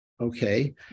Okay